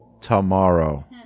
tomorrow